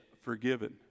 forgiven